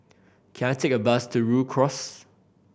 can I take a bus to Rhu Cross